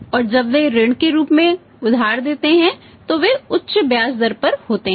और जब वे ऋण के रूप में उधार देते हैं तो वे उच्च ब्याज दर पर होते हैं